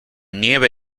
nieve